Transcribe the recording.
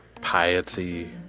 piety